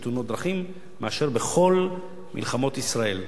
בתאונות דרכים מאשר בכל מלחמות ישראל,